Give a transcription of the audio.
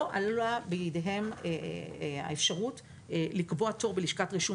לא עלתה בידיהם האפשרות לקבוע תור בלשכת רישום